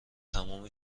تمام